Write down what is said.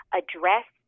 address